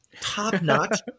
top-notch